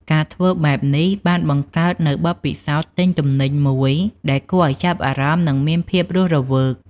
ការធ្វើបែបនេះបានបង្កើតនូវបទពិសោធន៍ទិញទំនិញមួយដែលគួរឱ្យចាប់អារម្មណ៍និងមានភាពរស់រវើក។